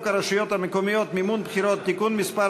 הרשויות המקומיות (מימון בחירות) (תיקון מס'